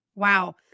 Wow